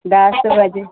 ਦਸ ਵਜੇ